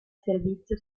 servizio